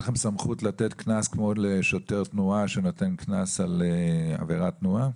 יש לכם סמכות לתת קנס כמו לשוטר תנועה על עבירת תנועה?